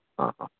हा हा